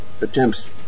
attempts